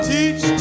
Teach